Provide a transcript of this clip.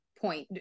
point